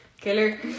Killer